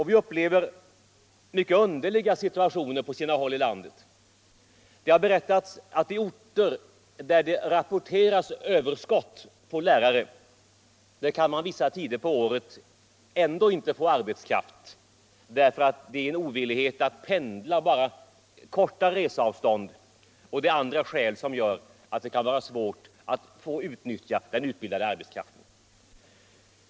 Vi upplever mycket underliga situationer på sina håll i landet. Det har berättats att man på orter, där det rapporterats överskott på lärare, vissa tider på året ändå inte kan få arbetskraft på grund av människors ovillighet att pendla även korta resavstånd. Också andra skäl gör att det kan vara svårt att utnyttja den utbildade arbetskraften.